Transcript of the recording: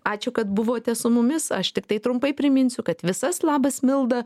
ačiū kad buvote su mumis aš tiktai trumpai priminsiu kad visas labas milda